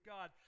God